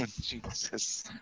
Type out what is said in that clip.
Jesus